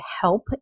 help